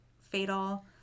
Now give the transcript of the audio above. fatal